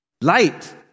light